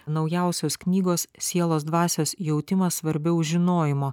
naujausios knygos sielos dvasios jautimas svarbiau žinojimo